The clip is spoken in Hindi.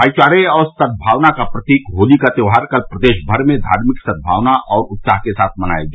भाईचारे और सद्भावना का प्रतीक होली का त्योहार कल प्रदेश भर में धार्मिक सद्भावना और उत्साह के साथ मनाया गया